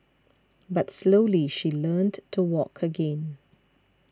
but slowly she learnt to walk again